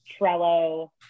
Trello